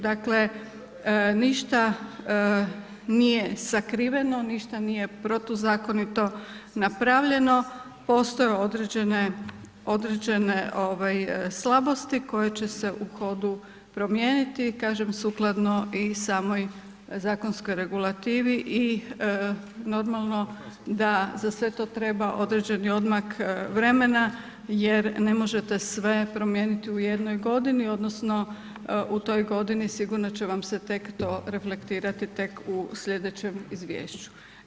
Dakle, ništa nije sakriveno, ništa nije protuzakonito napravljeno, postoje određene, određene slabosti koje će se u hodu promijeniti, kažem sukladno i samoj zakonskoj regulativi i normalno da za sve to treba određeni odmak vremena jer ne možete sve promijeniti u jednoj godini odnosno u toj godini sigurno će vam se tek to reflektirati tek u slijedećem izvješću.